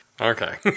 Okay